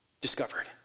discovered